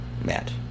Matt